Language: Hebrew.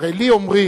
הרי לי אומרים,